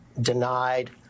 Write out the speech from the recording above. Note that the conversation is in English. denied